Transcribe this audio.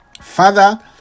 Father